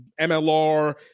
MLR